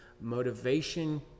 motivation